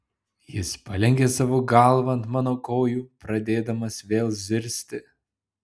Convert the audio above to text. jis palenkė savo galvą ant mano kojų pradėdamas vėl zirzti